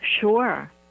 Sure